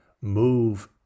move